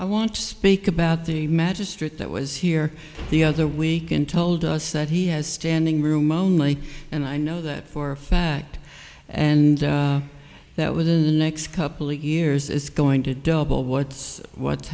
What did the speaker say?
i want to speak about the magistrate that was here the other week and told us that he has standing room only and i know that for a fact and that within the next couple of years is going to double what's what's